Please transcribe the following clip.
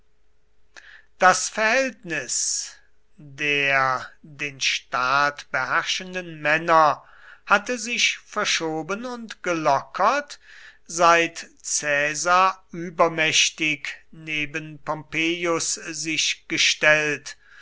das verhältnis der den staat beherrschenden männer hatte sich verschoben und gelockert seit caesar übermächtig neben pompeius sich gestellt